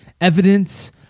evidence